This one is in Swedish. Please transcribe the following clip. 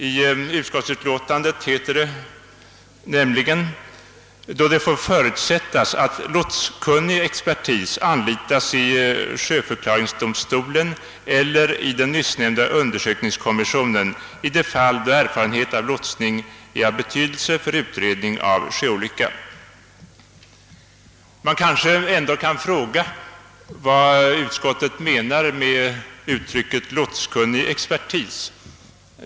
I utskottsutlåtandet heter det nämligen att »det får förutsättas att lotskunnig expertis anlitas i sjöförklaringsdomstolen eller i den nyssnämnda undersökningskommissionen i de fall då erfarenhet av lotsning är av betydelse för utredning av sjöolycka». Man kanske ändå kan fråga vad utskottet menar med uttrycket »lotskunnig expertis».